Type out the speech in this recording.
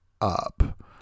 Up